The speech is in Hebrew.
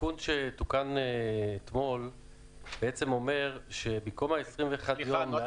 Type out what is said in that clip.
התיקון שתוקן אתמול אומר שבמקום ה-21 יום --- סליחה,